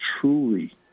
truly